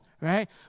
right